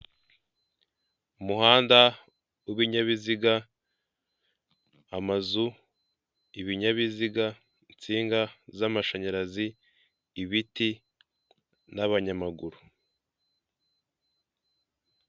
Umuhanda w'ibinyabiziga, amazu, ibinyabiziga, insinga z'amashanyarazi, ibiti n'abanyamaguru.